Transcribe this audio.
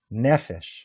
Nefesh